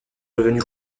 devenus